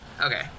Okay